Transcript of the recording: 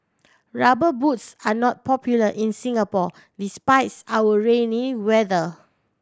Rubber Boots are not popular in Singapore despites our rainy weather